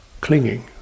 clinging